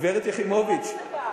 גברת יחימוביץ,